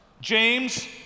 James